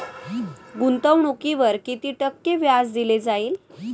गुंतवणुकीवर किती टक्के व्याज दिले जाईल?